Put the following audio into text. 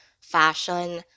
fashion